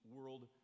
World